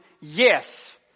yes